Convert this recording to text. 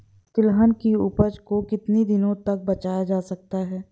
तिलहन की उपज को कितनी दिनों तक बचाया जा सकता है?